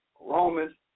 Romans